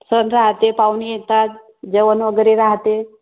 सण राहते पाहुणे येतात जेवण वगैरे राहते